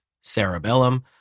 Cerebellum